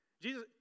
Jesus